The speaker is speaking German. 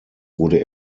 wurde